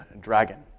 dragon